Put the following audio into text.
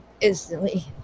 instantly